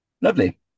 lovely